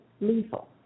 lethal